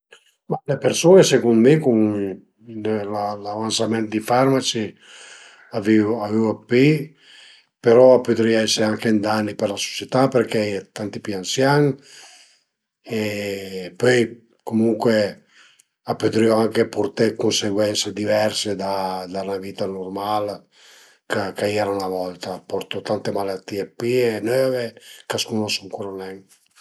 Ma le persun-e secund mi cun la l'avansament di farmaci a vivu a vivu d'pi però a pudrì anche ese ün dani për la sucetà perché a ie tanti pi ansian e pöi comuncue a pudrìu anche purté dë cunseguense diverse da da 'na vita nurmal ch'a ch'a i era 'na volta, a portu tante malatìe pi e növe ch'a s'cunosu ancura nen